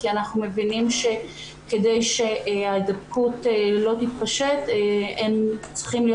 כי אנחנו מבינים שכדי שההדבקה לא תתפשט הם צריכים להיות